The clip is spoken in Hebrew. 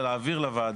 יש להם היתר.